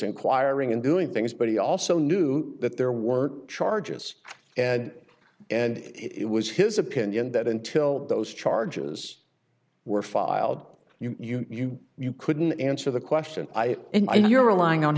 inquiring and doing things but he also knew that there were charges and and it was his opinion that until those charges were filed you knew you couldn't answer the question i and i know you're relying on